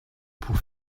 pour